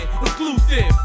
exclusive